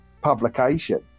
publication